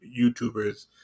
YouTubers